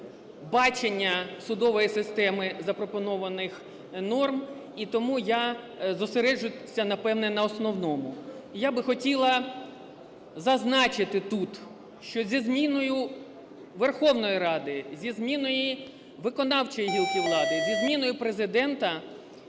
бачення судової системи запропонованих норм. І тому я зосереджуся, напевно, на основному. Я би хотіла зазначити тут, що зі зміною Верховної Ради, зі зміною виконавчої гілки влади, зі зміною Президента